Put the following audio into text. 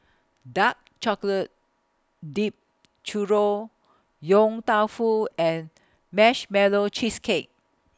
Dark Chocolate Dipped Churro Yong Tau Foo and Marshmallow Cheesecake